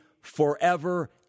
forever